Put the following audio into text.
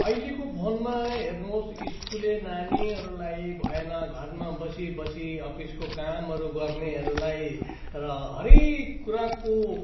अहिलेको फोनमा हेर्नुहोस् स्कुले नानीहरूलाई भएन घरमा बसी बसी अफिसको कामहरू गर्नेहरूलाई र हरेक कुराको